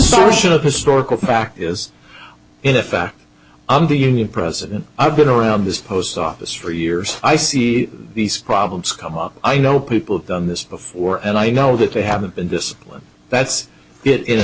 of historical fact is in fact i'm the union president i've been around this post office for years i see these problems come up i know people have done this before and i know that they have been disciplined that's it in